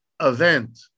event